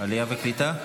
עלייה וקליטה?